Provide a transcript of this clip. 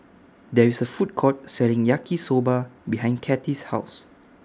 There IS A Food Court Selling Yaki Soba behind Cathi's House